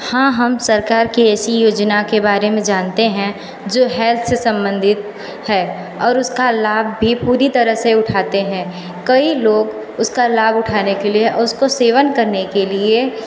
हाँ हम सरकार की ऐसी योजना के बारे में जानते है जो हेल्त से सम्बन्धित है और उसका लाभ भी पुरी तरह से उठाते हैं कई लोग उसका लाभ उठाने के लिए उसको सेवन करने के लिए